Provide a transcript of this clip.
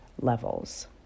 levels